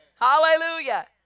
Hallelujah